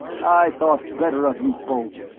i thought better of you both.